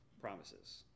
promises